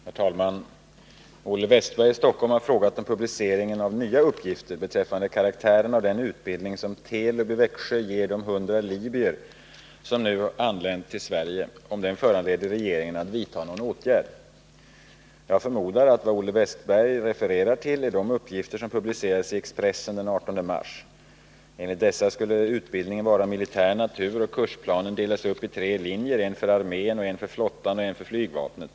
Herr talman! Olle Wästberg i Stockholm har frågat om publiceringen av nya uppgifter beträffande karaktären av den utbildning som Telub i Växjö ger de 100 libyer som nu anlänt till Sverige föranleder regeringen att vidta någon åtgärd. Jag förmodar att vad Olle Wästberg refererar till är de uppgifter som publicerades i Expressen den 18 mars. Enligt dessa skulle utbildningen vara av militär natur och kursplanen delas upp i tre linjer: en för armén, en för flottan och en för flygvapnet.